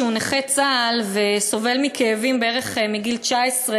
שהוא נכה צה"ל וסובל מכאבים בערך מגיל 19,